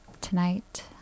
tonight